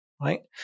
right